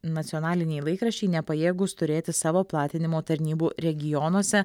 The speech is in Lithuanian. nacionaliniai laikraščiai nepajėgūs turėti savo platinimo tarnybų regionuose